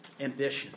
ambition